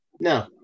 No